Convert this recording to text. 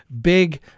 big